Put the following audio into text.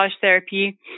therapy